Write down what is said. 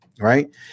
right